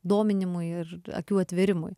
dominimui ir akių atvėrimui